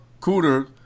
Cooter